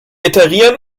iterieren